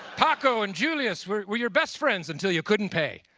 paco and julius were were your best friends until you couldn't pay.